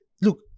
look